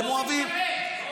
הם אוהבים --- באופן שווה.